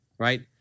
Right